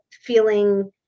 feeling